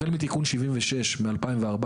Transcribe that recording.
החל מתיקון 76 ב-2014,